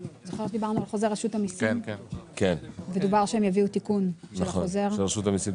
מדובר על כך שהם יביאו תיקון של החוזר.